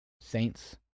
Saints